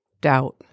doubt